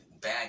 bad